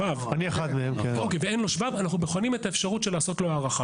שבב, אנחנו בוחנים את האפשרות לעשות לו הארכה.